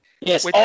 Yes